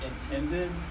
intended